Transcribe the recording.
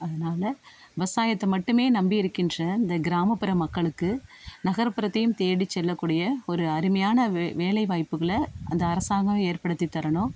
அதனால விவசாயத்தை மட்டுமே நம்பி இருக்கின்ற இந்த கிராமப்புற மக்களுக்கு நகர்ப்புறத்தையும் தேடி செல்லக்கூடிய ஒரு அருமையான வெ வேலைவாய்ப்புகளை அந்த அரசாங்கம் ஏற்படுத்தி தரணும்